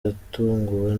yatunguwe